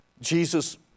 Jesus